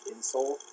insole